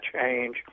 change